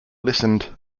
listened